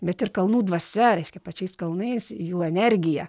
bet ir kalnų dvasia reiškia pačiais kalnais jų energija